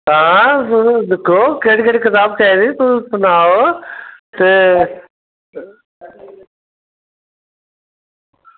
हां तुस दिक्खो केह्ड़ी केह्ड़ी कताब चाहिदी तुस सनाओ ते